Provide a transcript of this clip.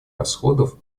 расходов